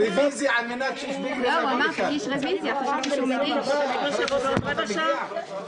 כל חברי הכנסת,